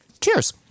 Cheers